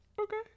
Okay